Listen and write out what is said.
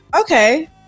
okay